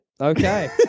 okay